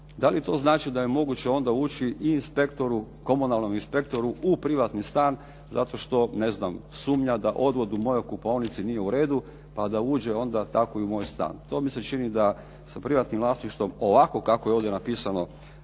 Da li to znači da je moguće onda ući i komunalnom inspektoru u privatni stan, zato što ne znam sumnja da odvod u mojoj kupaonici nije uredu, pa da uđe onda tako i u moj stan. To mi se čini da sa privatnim vlasništvom ovako kako je ovdje napisano